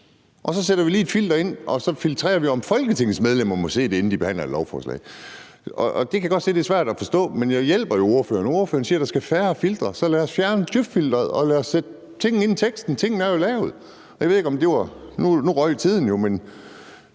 og så sætter vi lige et filter ind, og så filtrerer vi, om Folketingets medlemmer må se det, inden de behandler et lovforslag. Det kan jeg godt se er svært at forstå, men jeg hjælper jo ordføreren. Ordføreren siger, at der skal færre filtre, så lad os fjerne djøf-filteret, og lad os sætte tingene ind i teksten. Tingene er jo lavet. Nu røg tiden jo, men